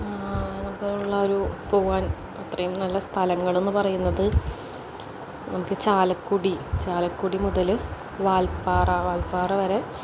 ആകെയുള്ള ഒരു പോകാൻ അത്രയും നല്ല സ്ഥലങ്ങളെന്ന് പറയുന്നത് നമുക്ക് ചാലക്കുടി ചാലക്കുടി മുതല് വാൽപ്പാറ വാൽപ്പാറ വരെ